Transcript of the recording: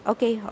Okay